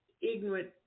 ignorant